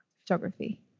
photography